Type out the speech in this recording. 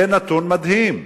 זה נתון מדהים.